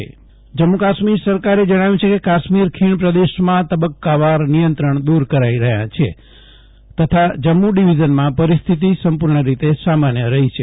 જયદીપ વેશ્નવ જમ્મુ કાશ્મીર જમ્મુ કાશ્મીર સરકારે જણાવ્યું છે કે કાશ્મીર ખીણ પ્રદેશમાં તબક્કાવાર નિયંત્રણ દૂર કરાઈ રહ્યા છે તથા જમ્મુ ડીવીઝનમાં પરિસ્થિતિ સંપૂર્ણ રીતે સામાન્ય રહી છે